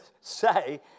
say